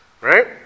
right